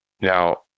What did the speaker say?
Now